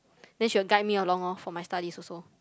then she will guide me along orh for my studies also